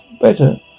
better